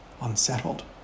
unsettled